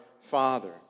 Father